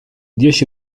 dieci